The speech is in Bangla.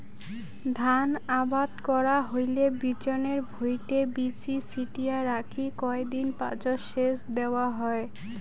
ধান আবাদ করা হইলে বিচনের ভুঁইটে বীচি ছিটিয়া রাখি কয় দিন পাচত সেচ দ্যাওয়া হয়